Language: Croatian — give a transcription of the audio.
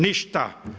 Ništa.